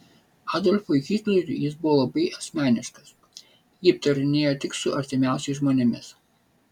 adolfui hitleriui jis buvo labai asmeniškas jį aptarinėjo tik su artimiausiais žmonėmis